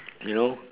you know